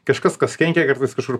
kažkas kas kenkia kartais kažkur